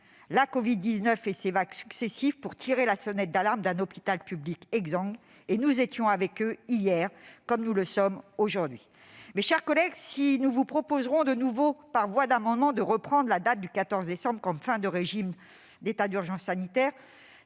la covid-19 et ses vagues successives pour tirer la sonnette d'alarme d'un hôpital public exsangue. Nous étions avec eux hier comme nous le sommes aujourd'hui. Mes chers collègues, nous vous proposerons de nouveau, par voie d'amendement, de retenir la date du 14 décembre prochain comme fin du régime d'état d'urgence sanitaire